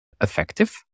effective